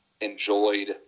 enjoyed